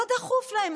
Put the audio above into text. לא דחוף להם.